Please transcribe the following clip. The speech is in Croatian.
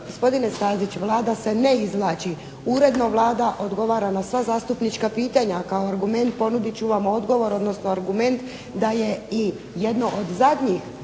Gospodine Stazić, Vlada se ne izvlači. Uredno Vlada odgovara na sva zastupnička pitanja a kao argument ponudit ću vam odgovor odnosno argument da je i jedno od zadnjih